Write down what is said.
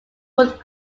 would